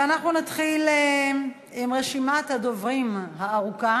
אנחנו נתחיל עם רשימת הדוברים הארוכה.